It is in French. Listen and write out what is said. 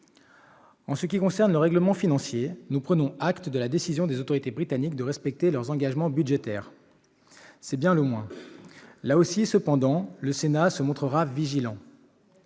ce qui concerne le règlement financier, nous prenons acte de la décision des autorités britanniques de respecter leurs engagements budgétaires ; c'est bien le moins. Sur ce point aussi, cependant, le Sénat se montrera vigilant.